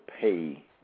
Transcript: pay